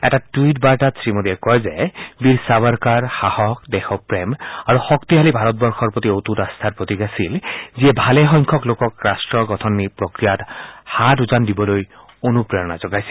এটা টুইট বাৰ্তাত শ্ৰীমোদীয়ে কয় যে বীৰ সাবৰকাৰ সাহস দেশপ্ৰেম আৰু শক্তিশালী ভাৰতবৰ্ষৰ প্ৰতি অটুত আম্থাৰ প্ৰতীক আছিল যিয়ে ভালেসংখ্যক লোকক ৰাট্ট গঠন প্ৰক্ৰিয়াত হাত উজান দিবলৈ অনুপ্ৰেৰণা যোগাইছিল